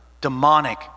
demonic